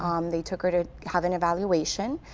um they took her to have an evaluation,